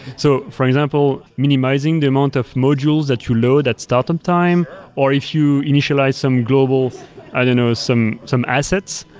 so, for example, minimizing the amount of modules that you load at startup time, or if you initialize some global i don't know, some some assets,